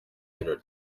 birori